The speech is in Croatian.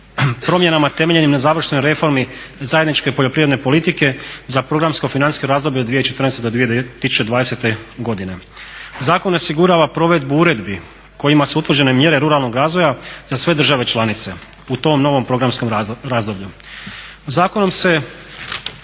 promjenama temeljenim na završnoj reformi zajedničke poljoprivredne politike za programsko financijsko razdoblje 2014-2020. godine. Zakon osigurava provedbu uredbi kojima su utvrđene mjere ruralnog razvoja za sve države članice u tom novom programskom razdoblju. Zakonom se